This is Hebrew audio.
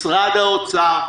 משרד האוצר,